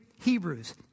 Hebrews